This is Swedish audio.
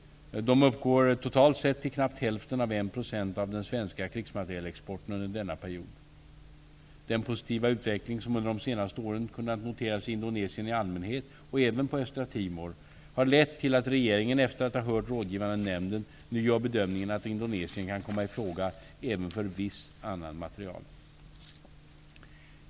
De uppgår totalt sett till knappt hälften av en procent av den svenska krigsmaterielexporten under denna period. Den positiva utveckling som under de senaste åren kunnat noteras i Indonesien i allmänhet och även på Östra Timor har lett till att regeringen, efter att ha hört den rådgivande nämnden, nu gör bedömningen att Indonesien kan komma i fråga även för viss annan materiel.